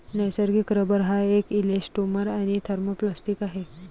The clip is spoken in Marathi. नैसर्गिक रबर एक इलॅस्टोमर आणि थर्मोप्लास्टिक आहे